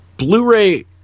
Blu-ray